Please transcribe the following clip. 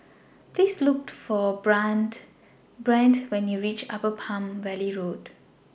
Please Look For Brandt Brandt when YOU REACH Upper Palm Valley Road